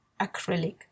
acrylic